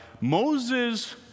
Moses